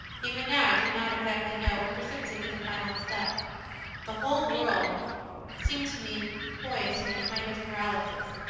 even now i do not exactly know what precipitated the final step the whole world seemed to me poised in a kind of paralysis.